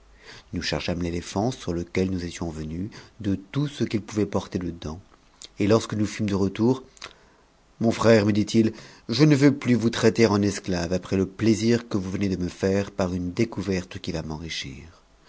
nous chargeâmes l'éléphant sur lequel nous étions venus de tout ce qu'il pouvait porter de dents et lorsque nous fumes de retour mon frère me dit-il car je ne veux plus vous traiter en esclave après le plaisir que vous venez de me faire par une découverte qui va m'enrichir